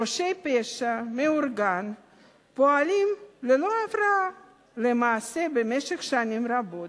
ראשי פשע מאורגן פועלים ללא הפרעה למעשה במשך שנים רבות,